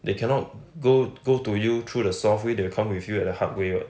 they cannot go go to you through the soft way they will come with you at the hard way what